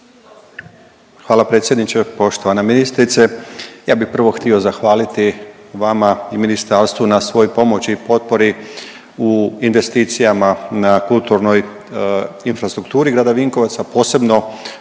Hvala predsjedniče. Poštovana ministrice, ja bi prvo htio zahvaliti vama i ministarstvu na svoj pomoći i potpori u investicijama na kulturnoj infrastrukturi grada Vinkovaca, a posebno